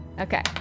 Okay